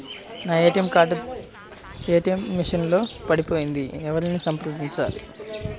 నా ATM card ATM machine లో పడిపోయింది ఎవరిని సంప్రదించాలి?